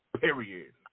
Period